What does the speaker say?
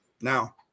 now